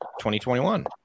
2021